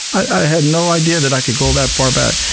i had no idea that i could go that far back,